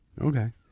okay